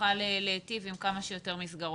ונוכל להיטיב עם כמה שיותר מסגרות.